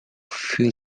fill